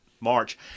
March